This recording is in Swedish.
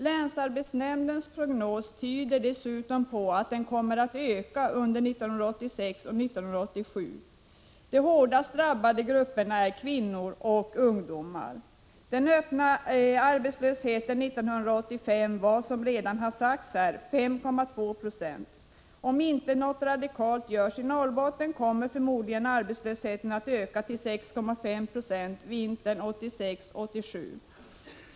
Länsarbetsnämndens prognos tyder dessutom på att den kommer att öka under 1986 och 1987. De hårdast drabbade grupperna är kvinnor och ungdomar. Den öppna arbetslösheten 1985 var, som här redan har sagts, 5,2 20. Om inget radikalt görs i Norrbotten kommer arbetslösheten förmodligen att öka till 6,5 96 vintern 1986/87.